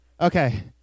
Okay